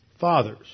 fathers